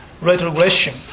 retrogression